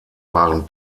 waren